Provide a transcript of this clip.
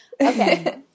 Okay